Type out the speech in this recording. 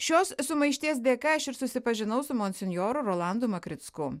šios sumaišties dėka aš ir susipažinau su monsinjoru rolandu makricku